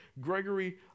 Gregory